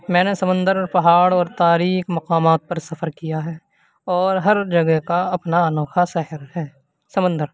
میں نے سمندر اور پہاڑ اور تاریک مقامات پر سفر کیا ہے اور ہر جگہ کا اپنا انوکھا سحر ہے سمندر